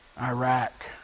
iraq